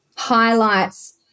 highlights